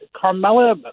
Carmela